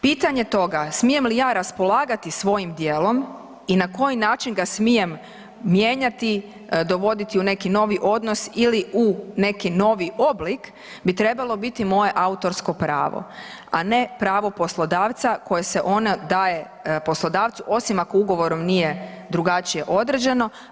Pitanje toga smijem li ja raspolagati svojim djelom i na koji način ga smijem mijenjati, dovoditi u neki novi odnos ili u neki novi oblik bi trebalo biti moje autorsko pravo, a ne pravo poslodavca koje se ono daje poslodavcu osim ako ugovorom nije drugačije određeno.